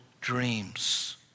dreams